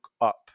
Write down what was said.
up